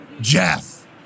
Jeff